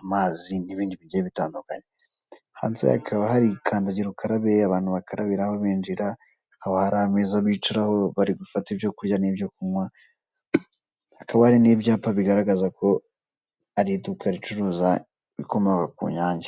amazi n'ibindi bigiye bitandukanye. Hanze hakaba hari kandagira ukarabe abantu bakarabiho binjira, hakaba hari ameza bicaraho bari gufata ibyo kurya n'ibyo kunywa, hakaba hari n'ibyapa bigaragaza ko ari iduka ricuruza ibikomoka ku Nyange.